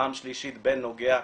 פעם שלישית בן נוגע,